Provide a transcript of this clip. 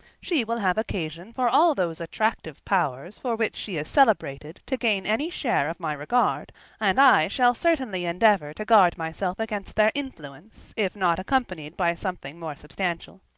she will have occasion for all those attractive powers for which she is celebrated to gain any share of my regard and i shall certainly endeavour to guard myself against their influence, if not accompanied by something more substantial.